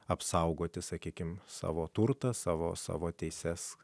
apsaugoti sakykime savo turtą savo savo teises